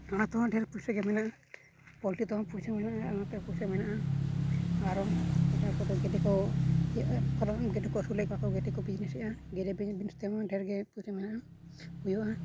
ᱚᱱᱟᱛᱮᱦᱚᱸ ᱰᱷᱮᱨ ᱯᱚᱭᱥᱟ ᱜᱮ ᱢᱮᱱᱟᱜᱼᱟ ᱯᱚᱞᱴᱤ ᱛᱮᱦᱚᱸ ᱯᱚᱭᱥᱟ ᱢᱮᱱᱟᱜᱼᱟ ᱟᱨ ᱚᱱᱟ ᱛᱮᱦᱚᱸ ᱯᱚᱭᱥᱟ ᱢᱮᱱᱟᱜᱼᱟ ᱟᱨᱚ ᱮᱴᱟᱜ ᱦᱚᱲ ᱠᱚᱫᱚ ᱜᱮᱰᱮ ᱠᱚ ᱤᱭᱟᱹ ᱯᱷᱨᱟᱢ ᱨᱮ ᱜᱮᱰᱮ ᱠᱚ ᱟᱹᱥᱩᱞᱮᱫ ᱠᱚᱣᱟ ᱠᱚ ᱜᱮᱰᱮ ᱠᱚ ᱵᱤᱡᱽᱱᱮᱥᱮᱜᱼᱟ ᱜᱮᱰᱮ ᱵᱤᱡᱽᱱᱮᱥ ᱛᱮᱦᱚᱸ ᱰᱷᱮᱨ ᱜᱮ ᱯᱚᱭᱥᱟ ᱢᱮᱱᱟᱜᱼᱟ ᱦᱩᱭᱩᱜᱼᱟ